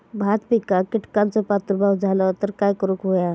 भात पिकांक कीटकांचो प्रादुर्भाव झालो तर काय करूक होया?